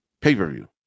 pay-per-view